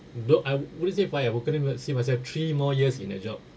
but I wouldn't say five ah I couldn't see three more years in that job